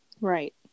right